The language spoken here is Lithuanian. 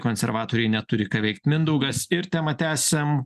konservatoriai neturi ką veikt mindaugas ir temą tęsiam